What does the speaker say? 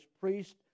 priest